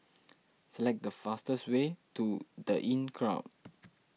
select the fastest way to the Inncrowd